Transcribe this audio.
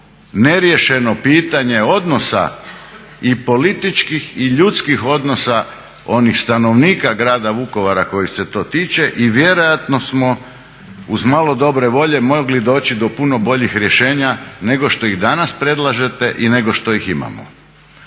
neriješeno pitanje odnosa i političkih i ljudskih odnosa onih stanovnika grada Vukovara kojih se to tiče i vjerojatno smo uz malo dobre volje mogli doći do puno boljih rješenja nego što ih danas predlažete i nego što ih imamo.